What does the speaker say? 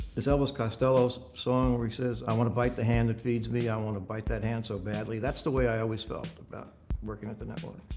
this elvis costello song where he says, i want to bite the hand that feeds me. i want to bite that hand so badly that's the way i always felt about working at the network.